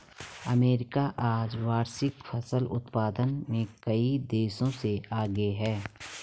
America आज वार्षिक फसल उत्पादन में कई देशों से आगे है